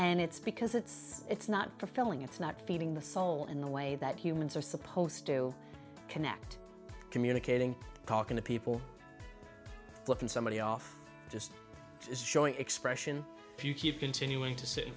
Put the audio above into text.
and it's because it's it's not the filling it's not feeding the soul and the way that humans are supposed to connect communicating talking to people looking somebody off just is showing expression if you keep continuing to sit